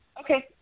Okay